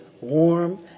warm